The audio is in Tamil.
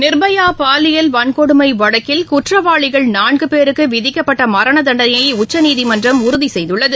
நிர்பயாபாலியல் வன்கொடுமைவழக்கில் குற்றவாளிகள் நான்குபேருக்குவிதிக்கப்பட்டமரணதண்டனையைஉச்சநீதிமன்றம் உறுதிசெய்துள்ளது